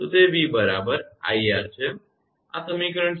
તો તે v બરાબર iR છે આ સમીકરણ 47 છે